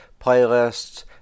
playlists